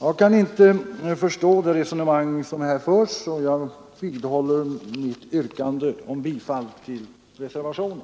Jag kan inte förstå det resonemang som här förs, och jag vidhåller mitt yrkande om bifall till reservationen.